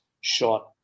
shot